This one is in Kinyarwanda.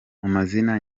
mazina